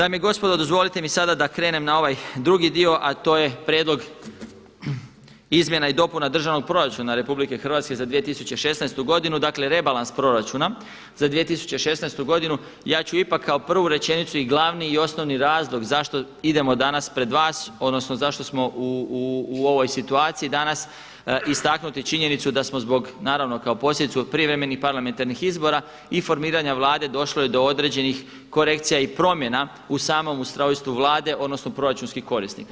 Naime, gospodo dozvolite mi sada da krenem na ovaj drugi dio a to je Prijedlog izmjena i dopuna Državnog proračuna RH za 2016. godinu, dakle rebalans proračuna za 2016. godinu, ja ću ipak kao prvu rečenicu i glavni i osnovni razlog zašto idemo danas pred vas, odnosno zašto smo u ovoj situaciji danas istaknuti činjenicu da smo zbog, naravno kao posljedicu prijevremenih parlamentarnih izbora i formiranja Vlade došlo je do određenih korekcija i promjena u samom ustrojstvu Vlade, odnosno proračunskih korisnika.